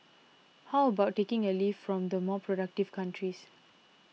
how about taking a leaf from the more productive countries